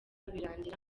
birarangira